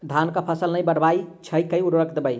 धान कऽ फसल नै बढ़य छै केँ उर्वरक देबै?